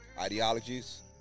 ideologies